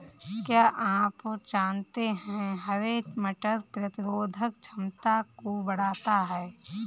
क्या आप जानते है हरे मटर प्रतिरोधक क्षमता को बढ़ाता है?